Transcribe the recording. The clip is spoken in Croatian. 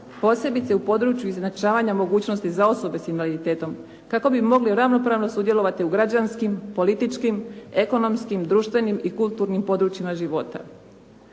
posebice u području izjednačavanja mogućnosti za osobe sa invaliditetom, kako bi mogli ravnopravno sudjelovati u građanskim, političkim, ekonomskim, društvenim i kulturnim područjima života.